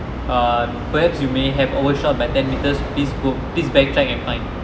err perhaps you may have overshot by ten metres please go please back track and find